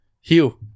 hugh